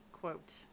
quote